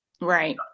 right